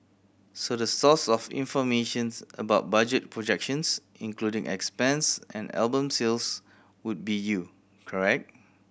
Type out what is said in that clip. so the source of informations about budget projections including expense and album sales would be you correct